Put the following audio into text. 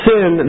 sin